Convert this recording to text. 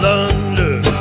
London